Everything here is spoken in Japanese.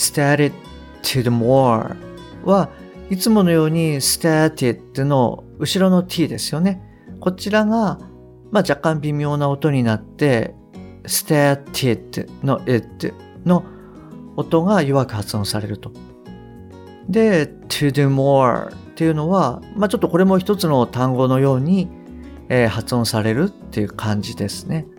started to do moreは、いつものようにstartedの後ろのTですよね。こちらが、まあ、若干微妙な音になって、startedのitの音が弱く発音されると。で、to do moreっていうのは、まあ、ちょっとこれも一つの単語のように、えー、発音されるっていう感じですね。